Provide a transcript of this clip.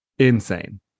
Insane